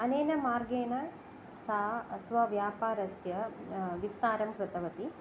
अनेन मार्गेण सा स्वव्यापारस्य विस्तारं कृतवती